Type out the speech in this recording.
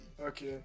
Okay